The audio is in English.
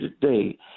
today